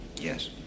Yes